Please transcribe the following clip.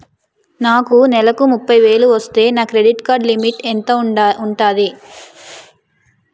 నాకు నెలకు ముప్పై వేలు వస్తే నా క్రెడిట్ కార్డ్ లిమిట్ ఎంత ఉంటాది?